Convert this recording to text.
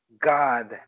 god